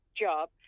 job